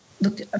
Look